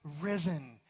risen